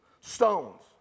stones